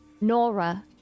Nora